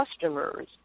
customers